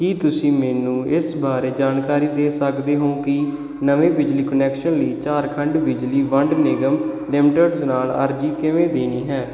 ਕੀ ਤੁਸੀਂ ਮੈਨੂੰ ਇਸ ਬਾਰੇ ਜਾਣਕਾਰੀ ਦੇ ਸਕਦੇ ਹੋ ਕਿ ਨਵੇਂ ਬਿਜਲੀ ਕੁਨੈਕਸ਼ਨ ਲਈ ਝਾਰਖੰਡ ਬਿਜਲੀ ਵੰਡ ਨਿਗਮ ਲਿਮਟਿਡਜ ਨਾਲ ਅਰਜ਼ੀ ਕਿਵੇਂ ਦੇਣੀ ਹੈ